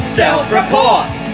self-report